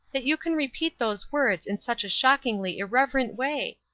that you can repeat those words in such a shockingly irreverent way?